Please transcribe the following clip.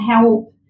help